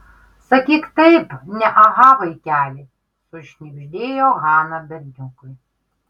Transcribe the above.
sakyk taip ne aha vaikeli sušnibždėjo hana berniukui